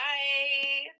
Bye